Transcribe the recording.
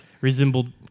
resembled